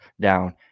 down